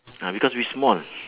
ah because we small